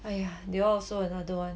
!haiya! they all also another [one]